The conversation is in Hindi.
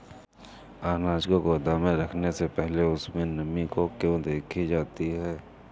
अनाज को गोदाम में रखने से पहले उसमें नमी को क्यो देखी जाती है?